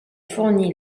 fournit